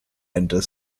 enter